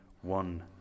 One